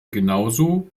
genauso